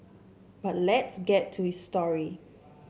but let's get to his story